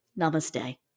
Namaste